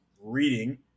reading